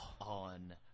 on